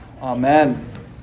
Amen